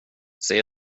säg